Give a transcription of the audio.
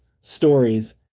stories